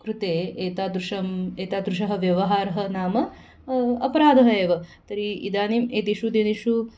कृते एतादृशम् एतादृशः व्यवहारः नाम अपराधः एव तर्हि इदानीम् एतेषु दिनेषु